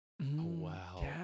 wow